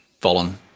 fallen